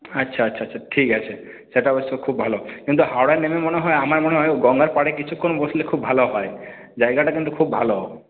আচ্ছা আচ্ছা আচ্ছা ঠিক আছে সেটা অবশ্য খুব ভালো কিন্তু হাওড়ায় নেমে মনে হয় আমার মনে হয় গঙ্গার পাড়ে কিছুক্ষণ বসলে খুব ভালো হয় জায়গাটা কিন্তু খুব ভালো